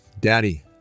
Daddy